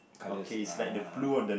colours ah